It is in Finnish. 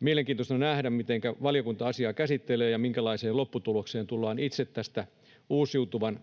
mielenkiintoista nähdä, mitenkä valiokunta asiaa käsittelee ja minkälaiseen lopputulokseen tullaan itse tästä